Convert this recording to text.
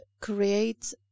create